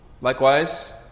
Likewise